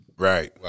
Right